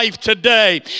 today